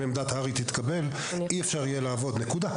בסופו של דבר אלה עובדים שלו,